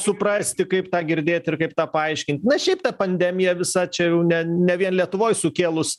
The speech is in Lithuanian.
suprasti kaip tą girdėt ir kaip tą paaiškint na šiaip ta pandemija visa čia jau ne ne vien lietuvoj sukėlus